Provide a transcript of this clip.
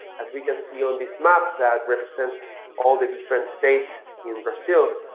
as we can see on this map that represents all the different states in brazil.